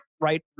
right